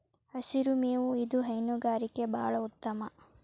ಹಸಿರು ಮೇವು ಇದು ಹೈನುಗಾರಿಕೆ ಬಾಳ ಉತ್ತಮ